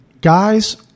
guys